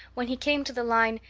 when he came to the line,